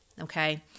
okay